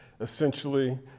essentially